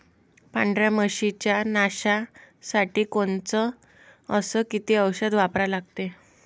पांढऱ्या माशी च्या नाशा साठी कोनचं अस किती औषध वापरा लागते?